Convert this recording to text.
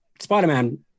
Spider-Man